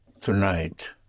tonight